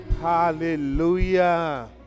Hallelujah